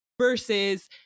versus